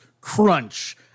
crunch